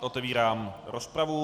Otevírám rozpravu.